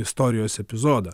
istorijos epizodą